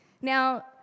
Now